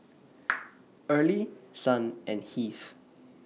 Early Son and Heath